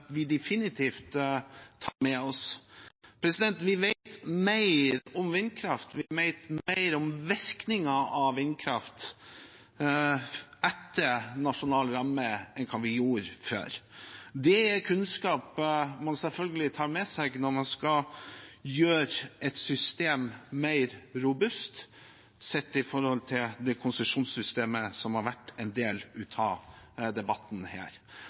vi definitivt tar med oss: Vi vet mer om vindkraft, vi vet mer om virkningen av vindkraft etter nasjonal ramme enn hva vi gjorde før. Det er kunnskap man selvfølgelig tar med seg når man skal gjøre et system mer robust, sett i forhold til det konsesjonssystemet som har vært en del av debatten her.